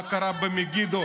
מה קרה במגידו?